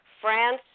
France